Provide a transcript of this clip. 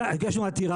כן, הגשנו עתירה.